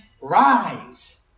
Rise